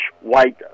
White